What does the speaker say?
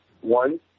One